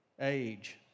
age